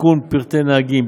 עדכון פרטי נהגים,